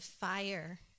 fire